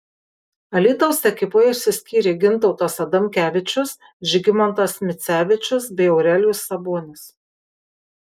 alytaus ekipoje išsiskyrė gintautas adamkevičius žygimantas micevičius bei aurelijus sabonis